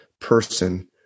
person